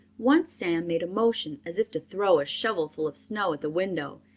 once sam made a motion as if to throw a shovelful of snow at the window,